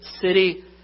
city